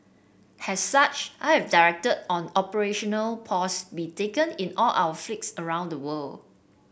as such I have directed an operational pause be taken in all of fleets around the world